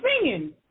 singing